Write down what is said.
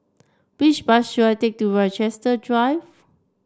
which bus should I take to Rochester Drive